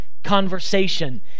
conversation